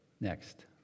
next